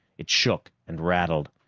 it shook and rattled,